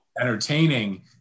entertaining